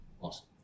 Awesome